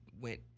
went